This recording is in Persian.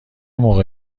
موقع